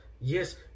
Yes